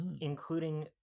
Including